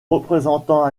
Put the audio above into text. représentant